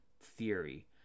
Theory